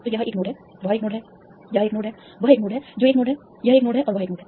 तो यह एक नोड है वह एक नोड है यह एक नोड है वह एक नोड है जो एक नोड है यह एक नोड है और वह एक नोड है